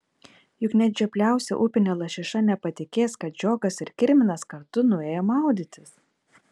juk net žiopliausia upinė lašiša nepatikės kad žiogas ir kirminas kartu nuėjo maudytis